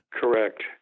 Correct